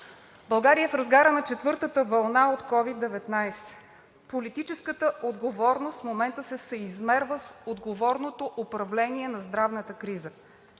България е в разгара на четвъртата вълна от COVID 19. Политическата отговорност в момента се съизмерва с отговорното управление на здравната криза.